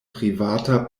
privata